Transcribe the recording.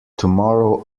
tomorrow